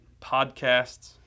podcasts